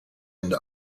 ende